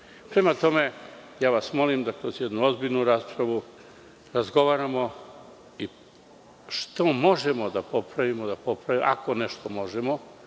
tome, ja vas molim da kroz jednu ozbiljnu raspravu razgovaramo i što možemo da popravimo da popravimo,